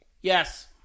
Yes